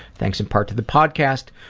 thanks in part to the podcast,